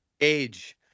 age